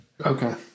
Okay